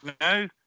no